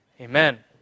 amen